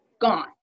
Gone